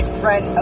friend